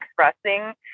expressing